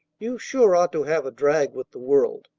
you sure ought to have a drag with the world.